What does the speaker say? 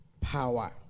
power